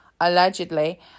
allegedly